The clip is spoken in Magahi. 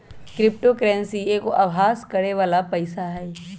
क्रिप्टो करेंसी एगो अभास करेके बला पइसा हइ